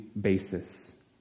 basis